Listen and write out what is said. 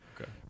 okay